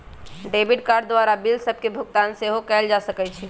debit card द्वारा bill सभके भुगतान सेहो कएल जा सकइ छै